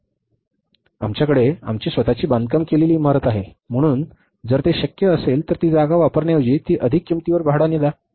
उदाहरणार्थ आमच्याकडे आमची स्वतःची बांधकाम केलेली इमारत आहे म्हणून जर ते शक्य असेल तर ती जागा वापरण्याऐवजी ती अधिक किंमतीवर भाड्याने द्या